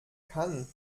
kann